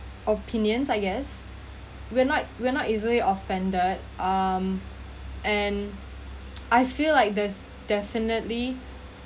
opinions I guess we're not we're not easily offended um and I feel like there's definitely